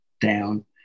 down